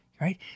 right